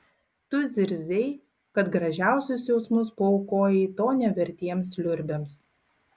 tu zirzei kad gražiausius jausmus paaukojai to nevertiems liurbiams